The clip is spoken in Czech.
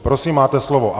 Prosím, máte slovo.